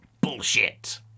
bullshit